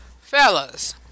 fellas